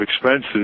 expenses